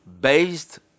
based